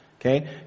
Okay